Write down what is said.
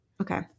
Okay